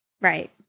Right